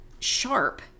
Sharp